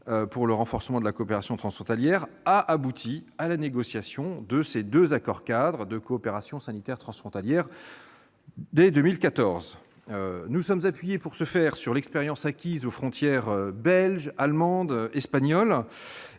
pour le renforcement de la coopération transfrontalière -, a abouti à la négociation de ces deux accords-cadres de coopération sanitaire transfrontalière dès 2014. S'appuyant sur l'expérience acquise aux frontières belge, allemande et espagnole,